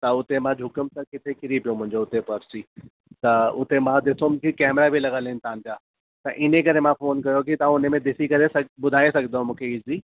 त उते मां झुकियुमि त किथे किरी पियो मुंहिंजो उते पर्स ई त उते मां ॾिठुमि की कैमरा बि लॻल आहिनि तव्हांजा इन करे मां फ़ोन कयो की तव्हां उन में ॾिसी करे ॿुधाए सघंदव आ मूंखे इजी